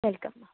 welcome